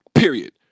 Period